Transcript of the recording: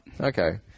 Okay